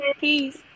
Peace